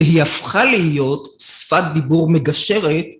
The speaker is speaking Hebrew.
היא הפכה להיות שפת דיבור מגשרת.